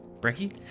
Bricky